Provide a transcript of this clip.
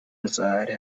inside